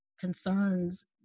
concerns